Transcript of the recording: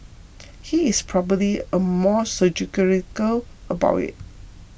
he is probably a more surgical about it